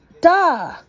Duh